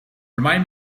remind